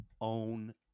own